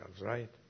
right